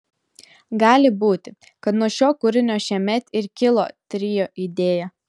gali būti kad nuo šio kūrinio šiemet ir kilo trio idėja